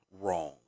wrong